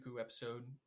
episode